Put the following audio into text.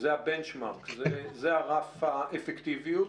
כרף האפקטיביות,